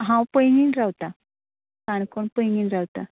हांव पैंगीण रावता काणकोण पैंगीण रावतां